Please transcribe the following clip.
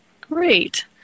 Great